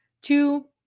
two